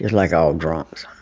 like all drunks